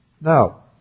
Now